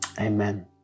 amen